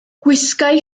gwisgai